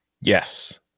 Yes